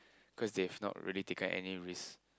cause they have not really taken any risk